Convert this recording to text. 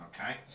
okay